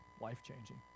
life-changing